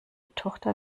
tochter